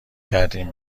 کردین